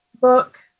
book